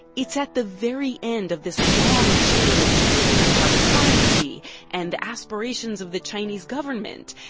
it's at the very end of this long chain of decisions about currency and the aspirations of the chinese government.